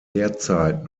derzeit